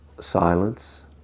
silence